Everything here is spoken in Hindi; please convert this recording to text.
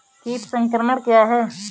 कीट संक्रमण क्या है?